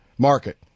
market